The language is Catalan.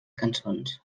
cançons